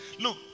Look